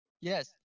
yes